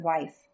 wife